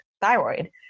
thyroid